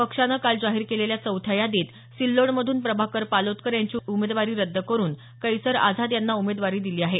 पक्षानं काल जाहीर केलेल्या चौथ्या यादीत सिल्लोडमधून प्रभाकर पालोदकर यांची उमेदवारी रद्द करुन कैसर आझाद यांना उमेदवारी दिली आहे